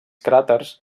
cràters